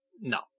No